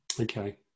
Okay